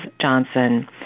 Johnson